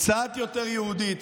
קצת יותר יהודית,